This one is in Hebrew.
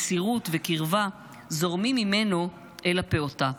מסירות וקרבה זורמים ממנו אל הפעוטה.